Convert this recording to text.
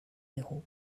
héros